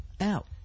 Out